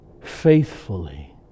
faithfully